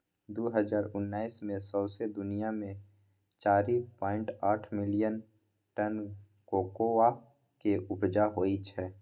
दु हजार उन्नैस मे सौंसे दुनियाँ मे चारि पाइंट आठ मिलियन टन कोकोआ केँ उपजा होइ छै